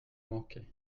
manqué